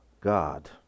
God